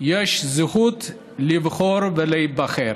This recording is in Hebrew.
יש זכות לבחור ולהיבחר.